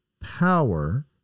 power